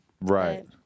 right